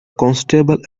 constable